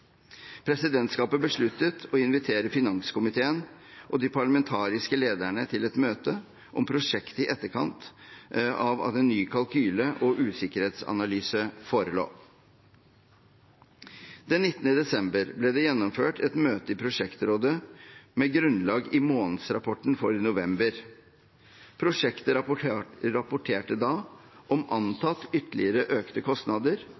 Presidentskapet besluttet å invitere finanskomiteen og de parlamentariske lederne til et møte om prosjektet i etterkant av at ny kalkyle og usikkerhetsanalyse forelå. Den 19. desember ble det gjennomført et møte i prosjektrådet med grunnlag i månedsrapporten for november. Prosjektet rapporterte da om antatt ytterligere økte kostnader